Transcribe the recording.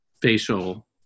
facial